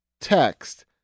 text